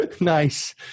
Nice